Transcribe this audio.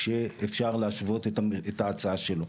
כשאפשר להשוות את ההצעה שלו,